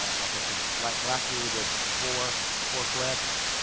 like i said, like last year we did four four flips,